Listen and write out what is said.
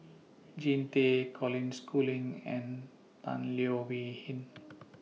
Jean Tay Colin Schooling and Tan Leo Wee Hin